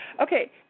Okay